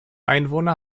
einwohner